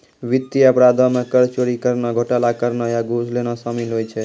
वित्तीय अपराधो मे कर चोरी करनाय, घोटाला करनाय या घूस लेनाय शामिल होय छै